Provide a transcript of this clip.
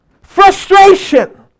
frustration